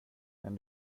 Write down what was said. men